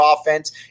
offense